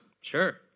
sure